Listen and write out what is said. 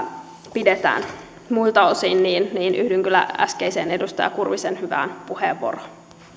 pidetään muilta osin yhdyn kyllä äskeiseen edustaja kurvisen hyvään puheenvuoroon